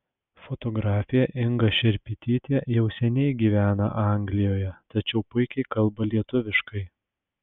fotografė inga šerpytytė jau seniai gyvena anglijoje tačiau puikiai kalba lietuviškai